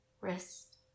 wrist